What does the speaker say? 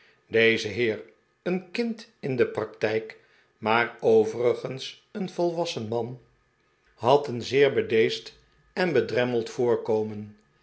deze heer een kind in de praktijk maar overigens een volwassen man had een zeer bedeesd wpp